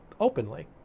openly